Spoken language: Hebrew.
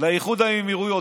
לאיחוד האמירויות.